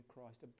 Christ